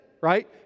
right